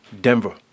Denver